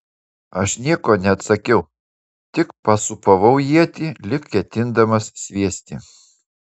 aš nieko neatsakiau tik pasūpavau ietį lyg ketindamas sviesti